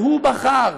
הוא בחר,